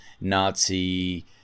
Nazi